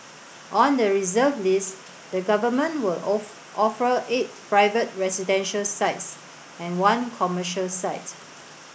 on the reserve list the government will offer eight private residential sites and one commercial site